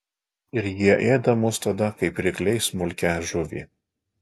ir jie ėda mus tada kaip rykliai smulkią žuvį